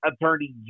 attorney